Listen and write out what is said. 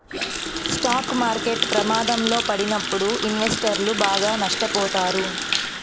stock market ప్రమాదంలో పడినప్పుడు ఇన్వెస్టర్లు బాగా నష్టపోతారు